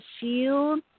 shield